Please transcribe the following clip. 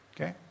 okay